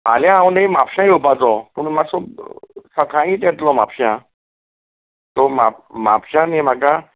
फाल्यां हांव न्ही म्हापशा येवपाचों पूण मातसो सकाळींत येतलो म्हापशां सो म्हाप म्हापशां न्ही म्हाका